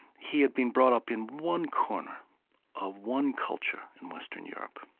he had been brought up in one corner of one culture in western europe.